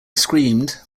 screamed